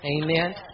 Amen